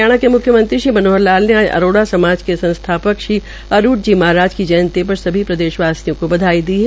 हरियाणा के मुख्यमंत्री श्री मनोहर लाल ने आज अरोड़ा समाज के संस्थापक श्री अरूट जी महाराज की जयंती पर सभी प्रदेशवासियों को बधाई दी है